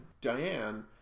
Diane